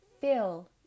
fill